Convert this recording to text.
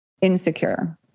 insecure